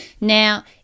Now